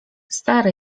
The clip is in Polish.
stary